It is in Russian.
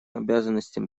обязанностям